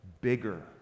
bigger